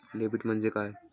Debit म्हणजे काय?